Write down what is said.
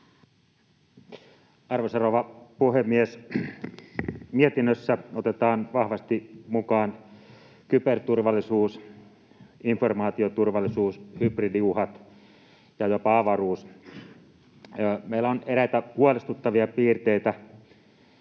Arvoisa rouva puhemies! Mietinnössä otetaan vahvasti mukaan kyberturvallisuus, informaatioturvallisuus, hybridiuhat ja jopa avaruus. Meillä on eräitä huolestuttavia piirteitä: